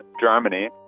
Germany